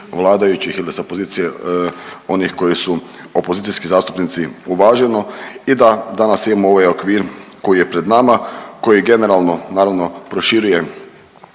vladajuće ili sa pozicije onih koji su opozicijski zastupnici uvaženo i da danas imamo ovaj okvir koji je pred nama, koji generalno naravno proširuje